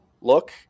look